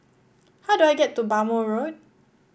how do I get to Bhamo Road